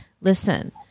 listen